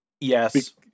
Yes